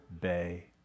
Bay